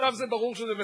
עכשיו ברור שזה בסדר,